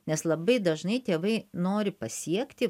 nes labai dažnai tėvai nori pasiekti